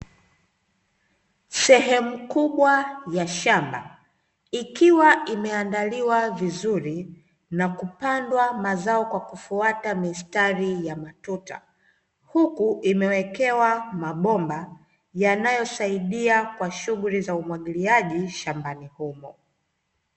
Sehemu kubwa ya shamba ikiiwa imeandaliwa vizuri na kupandwa mazao kwa kufuata mistari ya matuta, huku imewekewa mabomba yanayosaidia kwa shughuli za umwagiliaji shambani humo.